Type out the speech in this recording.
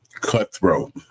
cutthroat